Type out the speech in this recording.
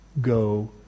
go